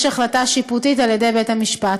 יש החלטה שיפוטית של בית המשפט.